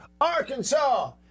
Arkansas